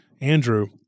Andrew